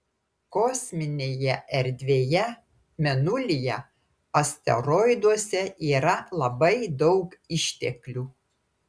kosminėje erdvėje mėnulyje asteroiduose yra labai daug išteklių